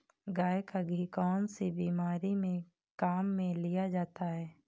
गाय का घी कौनसी बीमारी में काम में लिया जाता है?